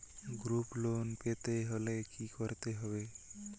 Group loan পেতে হলে কি করতে হবে?